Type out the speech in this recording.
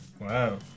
Wow